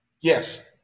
Yes